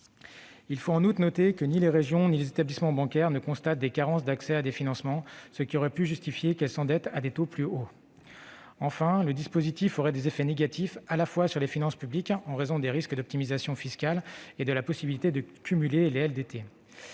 régions ne constatent pas plus que les établissements bancaires de carences d'accès à des financements, qui auraient pu justifier qu'elles s'endettent à des taux plus élevés. Enfin, le dispositif aurait des effets négatifs non seulement sur les finances publiques, en raison des risques d'optimisation fiscale et de la possibilité de cumuler les LDT,